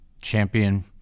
Champion